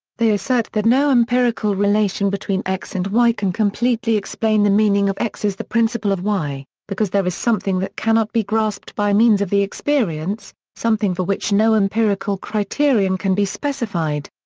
they assert that no empirical relation between x and y can completely explain the meaning of x is the principle of y, because there is something that cannot be grasped by means of the experience, something for which no empirical criterion can be specified.